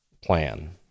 plan